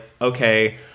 okay